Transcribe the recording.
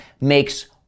makes